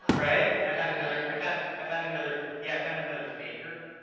right? i found another, i found, i found another, yeah, i found another faker,